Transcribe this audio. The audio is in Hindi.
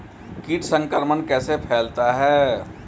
कीट संक्रमण कैसे फैलता है?